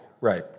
right